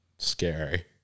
Scary